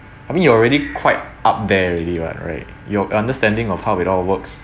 I mean you already quite up there already what right your understanding of how it all works